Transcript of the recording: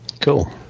Cool